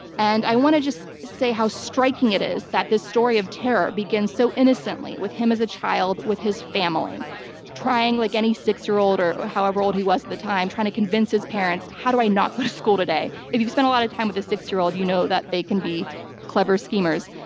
and i want to just say how striking it is that this story of terror begins so innocently with him as a child with his family trying like any six-year-old or or however old he was at the time-trying to convince his parents, how do i not go to school today? if you've spent a lot of time with a six-year-old, you know that they can be clever schemers.